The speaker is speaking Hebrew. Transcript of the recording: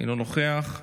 אינו נוכח,